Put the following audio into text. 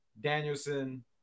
Danielson